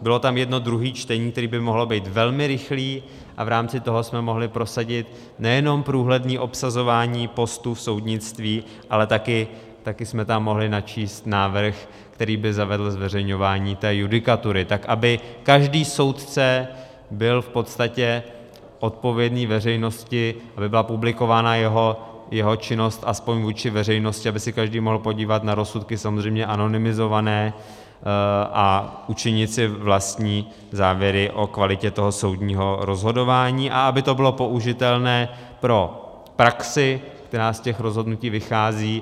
Bylo tam jedno druhé čtení, které by mohlo být velmi rychlé, a v rámci toho jsme mohli prosadit nejenom průhledné obsazování postů v soudnictví, ale také jsme tam mohli načíst návrh, který by zavedl zveřejňování té judikatury tak, aby každý soudce byl v podstatě odpovědný veřejnosti, aby byla publikována jeho činnost aspoň vůči veřejnosti, aby se každý mohl podívat na rozsudky, samozřejmě anonymizované, a učinit si vlastní závěry o kvalitě toho soudního rozhodování a aby to bylo použitelné pro praxi, která z těch rozhodnutí vychází.